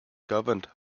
governed